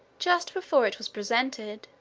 just before it was presented,